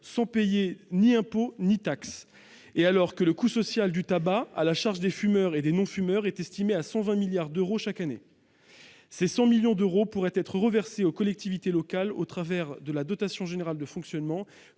sans payer ni impôt ni taxe, et alors que le coût social du tabac à la charge des fumeurs et des non-fumeurs est estimé à 120 milliards d'euros chaque année ! Ces 100 millions d'euros pourraient être reversés aux collectivités locales au travers de la dotation globale de fonctionnement,